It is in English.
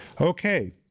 Okay